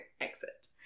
Exit